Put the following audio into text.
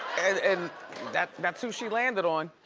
and and that's that's who she landed on.